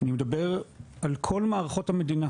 אני מדבר על כל מערכות המדינה